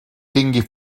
tingui